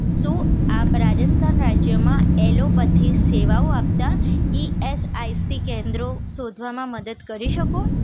શું આપ રાજસ્થાન રાજ્યમાં ઍલૉપથી સેવાઓ આપતાં ઇ એસ આઇ સી કેન્દ્રો શોધવામાં મદદ કરી શકો